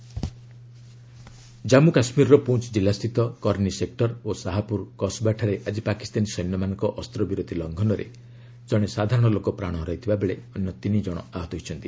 JK ceasefire violation Jammu କାଶ୍ମୀରର ପୁଞ୍ ଜିଲ୍ଲା ସ୍ଥିତ କିର୍ଣ୍ଣି ସେକ୍ଟର ଓ ସାହାପ୍ରର କସବାଠାରେ ଆଜି ପାକିସ୍ତାନୀ ସୈନ୍ୟମାନଙ୍କ ଅସ୍ତବିରତି ଲଙ୍ଘନରେ ଜଣେ ସାଧାରଣ ଲୋକ ପ୍ରାଣ ହରାଇଥିବା ବେଳେ ଅନ୍ୟ ତିନି ଜଣ ଆହତ ହୋଇଛନ୍ତି